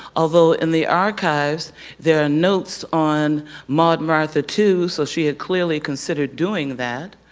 although in the archives there are notes on maud martha too, so she had clearly considered doing that.